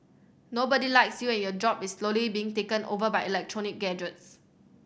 nobody likes you and your job is slowly being taken over by electronic gantries